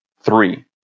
three